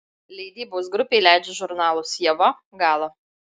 leidybos grupė leidžia žurnalus ieva gala